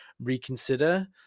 reconsider